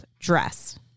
dress